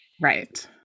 Right